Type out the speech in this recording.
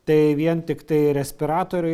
tai vien tiktai respiratorių